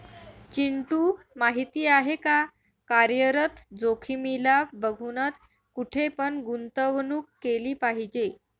चिंटू माहिती आहे का? कार्यरत जोखीमीला बघूनच, कुठे पण गुंतवणूक केली पाहिजे